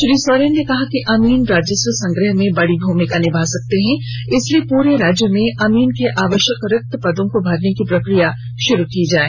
श्री सोरेन ने कहा कि अमीन राजस्व संग्रह में बड़ी भूमिका निभा सकते हैं इसलिए पूरे राज्य में अमीन के आवश्यक रिक्त पदों को भरने की प्रक्रिया प्रारंभ करें